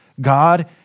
God